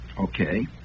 okay